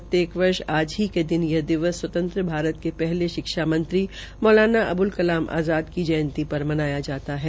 प्रत्येक वर्ष आज के दिन यह दिवस स्वतंत्र भारत के हले शिक्षा मंत्री मौलाना अबुल कलाम आज़ाद की जंयती र मनाया जाता है